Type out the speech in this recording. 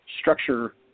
structure